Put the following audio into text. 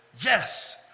yes